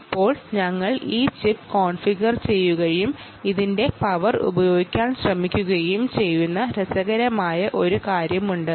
ഇപ്പോൾ ഞങ്ങൾ ഈ ചിപ്പ് കോൺഫിഗർ ചെയ്യുകയും അതിന്റെ പവർ ഉപയോഗിക്കാൻ ശ്രമിക്കുകയും ചെയ്യുന്ന രസകരമായ ഒരു കാര്യമുണ്ട്